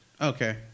Okay